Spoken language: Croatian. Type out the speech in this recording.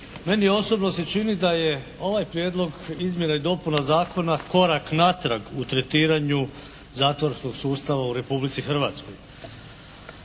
je, osobno se čini da je ovaj prijedlog izmjena i dopuna zakona korak natrag u tretiranju zatvorskog sustava u Republici Hrvatskoj.